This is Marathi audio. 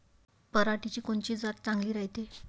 पऱ्हाटीची कोनची जात चांगली रायते?